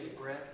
bread